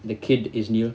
the kid is new